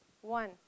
One